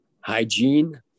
hygiene